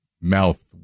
mouth